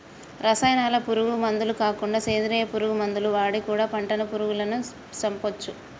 రసాయనాల పురుగు మందులు కాకుండా సేంద్రియ పురుగు మందులు వాడి కూడా పంటను పురుగులను చంపొచ్చు